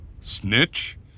Snitch